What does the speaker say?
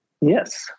yes